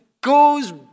goes